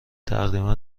تقریبا